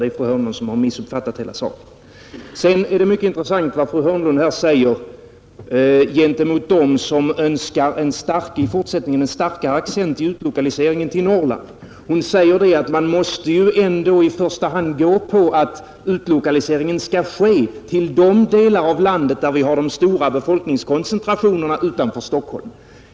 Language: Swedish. Det är fru Hörnlund som har missuppfattat hela saken, Det var mycket intressant att höra vad fru Hörnlund sade gentemot dem som i fortsättningen önskar en starkare accent i utlokaliseringen till Norrland. Hon sade att man ändå i första hand måste tänka sig att utlokaliseringen skall ske till de delar av landet där vi har de stora befolkningskoncentrationerna utanför Stockholm.